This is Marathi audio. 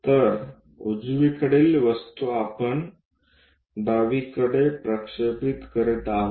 तर उजवीकडील वस्तू आपण डावीकडे प्रक्षेपित करत आहोत